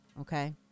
Okay